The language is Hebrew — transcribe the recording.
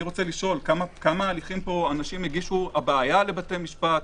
אני שואל כמה הליכים פה אנשים הגישו הבעיה לבתי משפט.